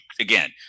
again